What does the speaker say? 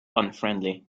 unfriendly